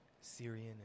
Syrian